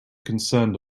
concerned